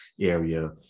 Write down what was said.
area